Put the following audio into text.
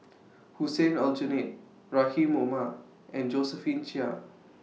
Hussein Aljunied Rahim Omar and Josephine Chia